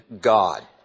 God